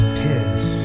piss